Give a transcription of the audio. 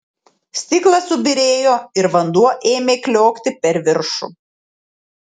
stiklas subyrėjo ir vanduo ėmė kliokti per viršų